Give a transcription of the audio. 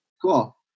cool